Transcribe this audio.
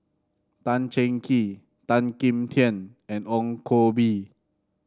Tan Cheng Kee Tan Kim Tian and Ong Koh Bee